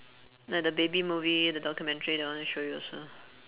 like the baby movie the documentary that I wanna show you also